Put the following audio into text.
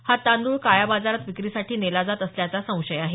हा तांदूळ काळ्याबाजारात विक्रीसाठी नेला जात असल्याचा संशय आहे